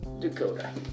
Dakota